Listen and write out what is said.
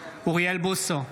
בעד אוריאל בוסו,